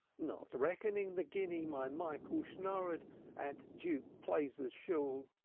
not reckoning the guinea my michael shnodared at duke's plaizer shool.